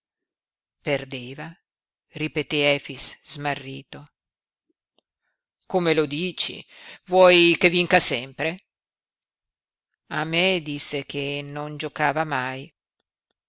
perdeva ripeté efix smarrito come lo dici vuoi che vinca sempre a me disse che non giocava mai